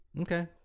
Okay